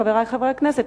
חברי חברי הכנסת,